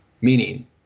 meaning